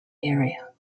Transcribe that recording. area